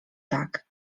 tak